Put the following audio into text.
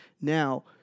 Now